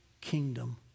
kingdom